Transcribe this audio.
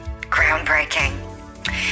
Groundbreaking